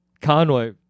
Conway